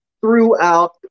throughout